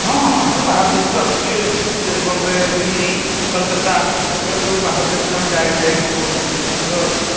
ହଁ ହଁ ଆମର ବାହାର ଦେଶରୁ ଆସୁଛି ସେହି ବମ୍ବେ ଦିଲ୍ଲୀ କଲିକତା ସେ ସବୁ ଦେଶରୁ ଡାଇରେକ୍ଟ ଯାଇକି ମଗାଉଛୁ ଆମର